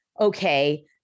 okay